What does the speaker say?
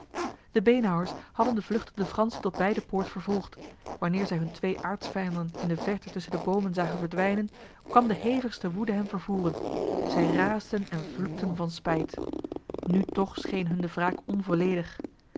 de beenhouwers hadden de vluchtende fransen tot bij de poort vervolgd wanneer zij hun twee aartsvijanden in de verte tussen de bomen zagen verdwijnen kwam de hevigste woede hen vervoeren zij raasden en vloekten van spijt nu toch scheen hun de wraak onvolledig